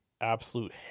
absolute